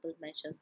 measures